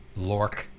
Lork